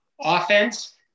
offense